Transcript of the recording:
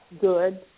good